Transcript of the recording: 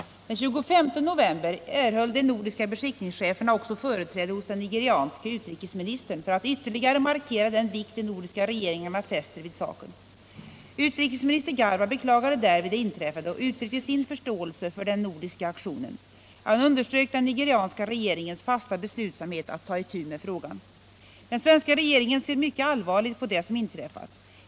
Den 25 november erhöll de nordiska = handelsfartyg i vissa beskickningscheferna också företräde hos den nigerianske utrikesminis > västafrikanska tern för att ytterligare markera den vikt de nordiska regeringarna fäster — länder vid saken. Utrikesminister Garba beklagade därvid det inträffade och uttryckte sin förståelse för den nordiska aktionen. Han underströk den nigerianska regeringens fasta beslutsamhet att ta itu med frågan. Den svenska regeringen ser mycket allvarligt på det som inträffat.